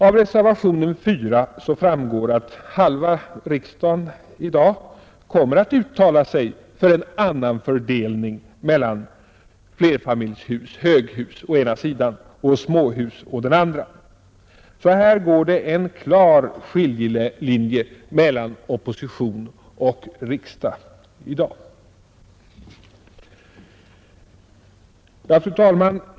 Av reservationen 4 vid civilutskottets betänkande nr 12 framgår att halva riksdagen i dag kommer att uttala sig för en annan fördelning mellan flerfamiljshus, höghus, å ena sidan och småhus å den andra. Här går det alltså en klar skiljelinje mellan oppositionen och regeringssidan i dag. Fru talman!